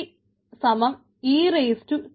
R et tp